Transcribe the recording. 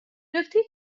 نکته